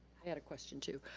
i got a question too.